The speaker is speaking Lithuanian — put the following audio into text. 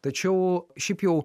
tačiau šiaip jau